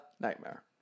nightmare